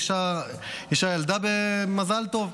אישה ילדה במזל טוב,